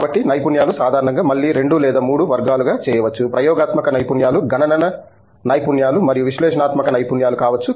కాబట్టి నైపుణ్యాలు సాధారణంగా మళ్ళీ 2 లేదా 3 వర్గాలుగా చెప్పవచ్చు ప్రయోగాత్మక నైపుణ్యాలు గణన నైపుణ్యాలు మరియు విశ్లేషణాత్మక నైపుణ్యాలు కావచ్చు